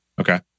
Okay